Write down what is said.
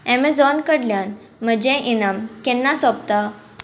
Amazon कडल्यान म्हजें इनाम केन्ना सोंपता